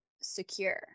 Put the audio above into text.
secure